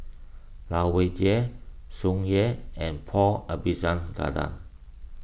Lai Weijie Tsung Yeh and Paul Abisheganaden